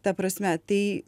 ta prasme tai